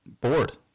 bored